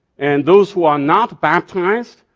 and those who are not baptized,